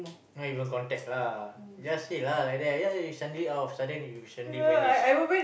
not even contact lah just say lah like that ya you suddenly out of sudden you recently enlist